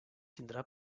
tindrà